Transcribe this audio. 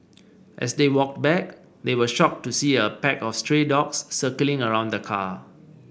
as they walked back they were shocked to see a pack of stray dogs circling around the car